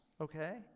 okay